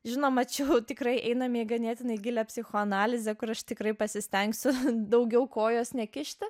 žinoma čia jau tikrai einame į ganėtinai gilią psichoanalizę kur aš tikrai pasistengsiu daugiau kojos nekišti